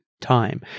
time